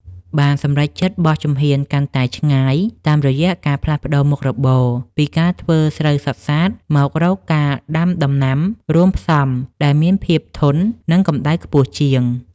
បានសម្រេចចិត្តបោះជំហានកាន់តែឆ្ងាយតាមរយៈការផ្លាស់ប្តូរមុខរបរពីការធ្វើស្រូវសុទ្ធសាធ មករកការដាំដំណាំរួមផ្សំដែលមានភាពធន់នឹងកម្តៅខ្ពស់ជាង។